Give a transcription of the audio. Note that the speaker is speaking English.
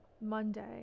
Monday